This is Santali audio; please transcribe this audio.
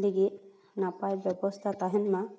ᱞᱟᱹᱜᱤᱫ ᱱᱟᱯᱟᱭ ᱵᱮᱵᱚᱥᱛᱟ ᱛᱟᱦᱮᱱ ᱢᱟ